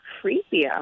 creepy